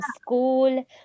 school